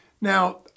Now